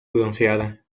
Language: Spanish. bronceada